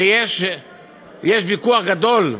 ויש ויכוח גדול,